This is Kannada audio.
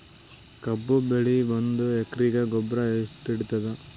ಕಬ್ಬು ಬೆಳಿ ಒಂದ್ ಎಕರಿಗಿ ಗೊಬ್ಬರ ಎಷ್ಟು ಹಿಡೀತದ?